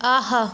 ஆஹா